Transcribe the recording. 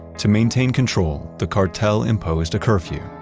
to maintain control, the cartel imposed a curfew.